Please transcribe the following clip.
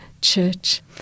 church